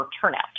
turnout